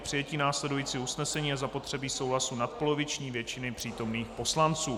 K přijetí následujícího usnesení je zapotřebí souhlasu nadpoloviční většiny přítomných poslanců.